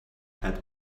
had